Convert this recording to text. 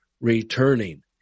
returning